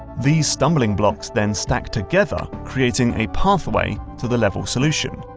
these stumbling blocks then stack together, creating a pathway to the level's solution.